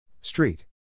Street